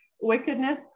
wickedness